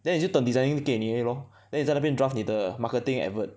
then 你就等 designing 给你而已 lor then 你在那边 draft 你的 marketing advert